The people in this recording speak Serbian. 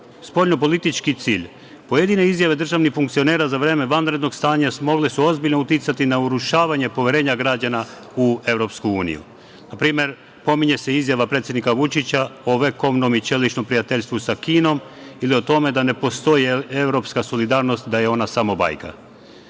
spoljnopolitički cilj pojedine izjave državnih funkcionera za vreme vanrednog stanja smogle su ozbiljno uticati na urušavanje poverenja građana u Evropsku uniju. Na primer pominje se izjava predsednika Vučića o vekovnom i čeličnom prijateljstvu sa Kinom ili o tome da ne postoji evropska solidarnost, da je ona samo